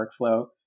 workflow